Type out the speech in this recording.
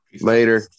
Later